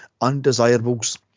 undesirables